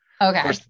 okay